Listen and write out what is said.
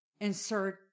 insert